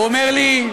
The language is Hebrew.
הוא אומר לי: